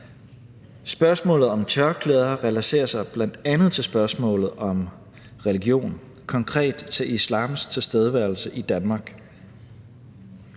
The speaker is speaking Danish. Spørgsmålet om tørklæder relaterer sig bl.a. til spørgsmålet om religion, konkret til islams tilstedeværelse i Danmark.